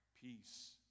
peace